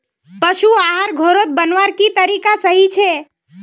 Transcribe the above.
पशु आहार घोरोत बनवार की तरीका सही छे?